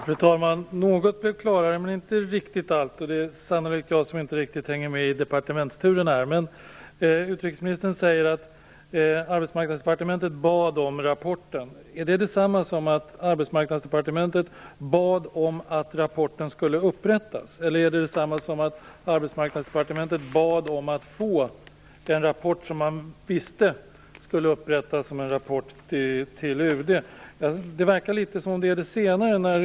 Fru talman! Något blev klarare men inte riktigt allt. Det är sannolikt jag som inte riktigt hänger med i departementsturerna här. Utrikesministern säger att Arbetsmarknadsdepartementet bad om rapporten. Är det detsamma som att Arbetsmarknadsdepartementet bad om att rapporten skulle upprättas, eller är det detsamma som att Arbetsmarknadsdepartementet bad om att få den rapport som man visste skulle upprättas som en rapport till UD? Det verkar som att det är det senare.